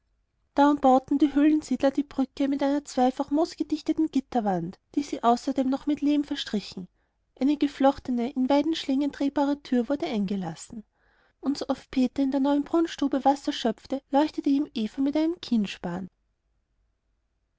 umbauten die höhlensiedler die brücke mit einer zweifachen moosgedichteten gitterwand die sie außerdem noch mit lehm verstrichen eine geflochtene in weidenschlingen drehbare tür wurde eingelassen und sooft peter in der neuen brunnstube wasser schöpfte leuchtete ihm eva mit einem